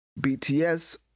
BTS